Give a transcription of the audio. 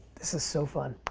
this is so fun.